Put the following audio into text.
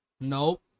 Nope